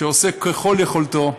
שעושה ככל יכולתו,